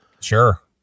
Sure